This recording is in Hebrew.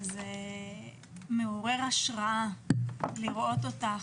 זה מעורר השראה לראות אותך,